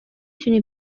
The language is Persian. تونی